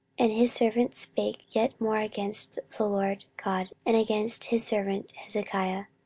and his servants spake yet more against the lord god, and against his servant hezekiah.